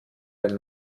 den